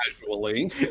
casually